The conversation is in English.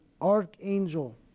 archangel